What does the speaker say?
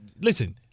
listen